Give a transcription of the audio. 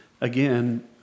again